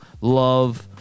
love